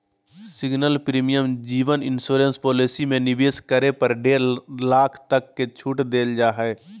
single premium जीवन insurance policy में निवेश करे पर डेढ़ लाख तक के छूट देल जा हइ